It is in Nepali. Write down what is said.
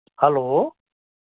हेलो